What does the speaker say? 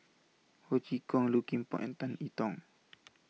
Ho Chee Kong Low Kim Pong and Tan I Tong